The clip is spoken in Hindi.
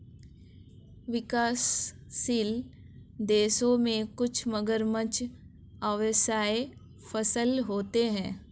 विकासशील देशों में कुछ मगरमच्छ व्यवसाय सफल होते हैं